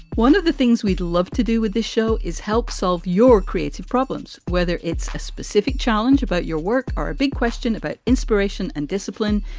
one of the things we'd love to do with this show is help solve your creative problems, whether it's a specific challenge about your work or a big question about inspiration and discipline.